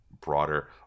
broader